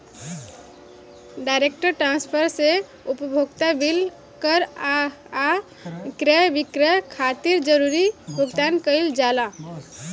direct transfer से उपभोक्ता bill कर आ क्रय विक्रय खातिर जरूरी भुगतान कईल जाला